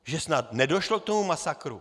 Že snad nedošlo k tomu masakru?